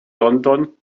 london